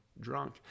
drunk